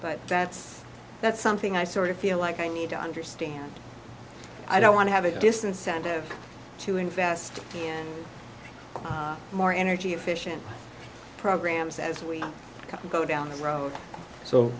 but that's that's something i sort of feel like i need to understand i don't want to have a disincentive to invest in more energy efficient programs as we go down the road so